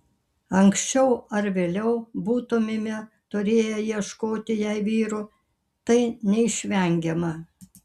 anksčiau ar vėliau būtumėme turėję ieškoti jai vyro tai neišvengiama